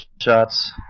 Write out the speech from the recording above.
shots